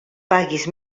paguis